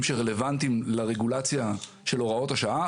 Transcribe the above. שרלוונטיים לרגולציה של הוראות השעה,